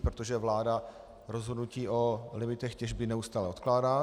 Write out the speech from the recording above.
Protože vláda rozhodnutí o limitech těžby neustále odkládá.